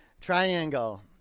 Triangle